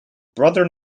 brother